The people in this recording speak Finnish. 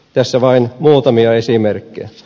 tässä vain muutamia esimerkkejä